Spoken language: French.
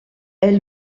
elle